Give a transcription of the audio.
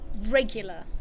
regular